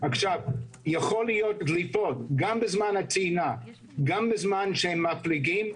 יכולות להיות דליפות גם בזמן הטעינה וגם בזמן שהם מפליגים,